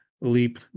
Leap